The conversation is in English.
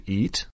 eat